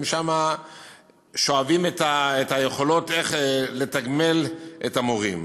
ומשם שואבים את היכולות לתגמל את המורים.